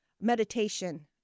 meditation